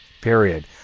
Period